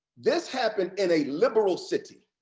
this happened in a liberal city